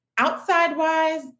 Outside-wise